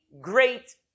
great